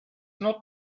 not